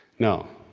no.